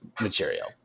material